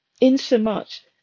insomuch